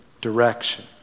direction